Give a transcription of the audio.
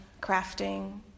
crafting